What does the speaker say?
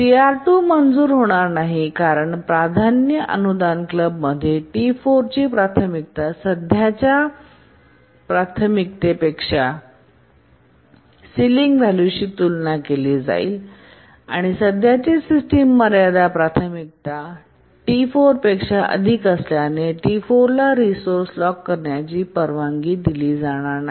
CR2 मंजूर होणार नाही कारण प्राधान्य अनुदान क्लबमध्ये T4 ची प्राथमिकता सध्याच्या सिस्टीमच्या सिलिंग व्हॅल्यूशी तुलना केली जाईल आणि सध्याची सिस्टम मर्यादा प्राथमिकता T4 पेक्षा अधिक असल्याने T4ला रिसोर्से लॉक करण्याची परवानगी दिली जाणार नाही